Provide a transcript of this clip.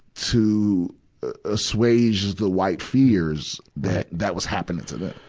to assuage the white fears that that was happening to them.